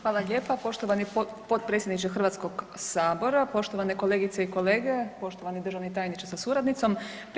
Hvala lijepa poštovani potpredsjedniče Hrvatskoga sabora, poštovane kolegice i kolege, poštovani državni tajniče sa suradnicom.